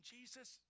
Jesus